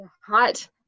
hot